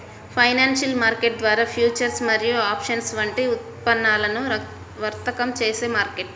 financial market ద్వారా futures మరియు options వంటి ఉత్పన్నాలను వర్తకం చేసే మార్కెట్